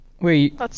Wait